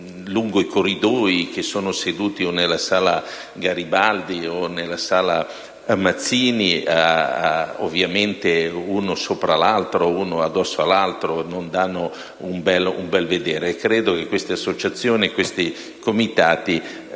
lungo i corridoi o sedute nella Sala Garibaldi o nella Sala Mazzini, ovviamente quasi uno sopra l'altro, uno addosso all'altro. Non è un bel vedere. Credo che queste associazioni, questi comitati